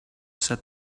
said